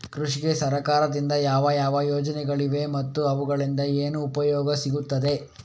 ಕೃಷಿಗೆ ಸರಕಾರದಿಂದ ಯಾವ ಯಾವ ಯೋಜನೆಗಳು ಇವೆ ಮತ್ತು ಅವುಗಳಿಂದ ಏನು ಉಪಯೋಗ ಸಿಗುತ್ತದೆ?